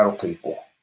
people